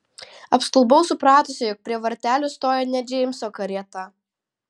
apstulbau supratusi jog prie vartelių stoja ne džeimso karieta